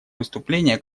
выступления